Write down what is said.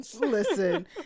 Listen